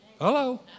Hello